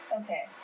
Okay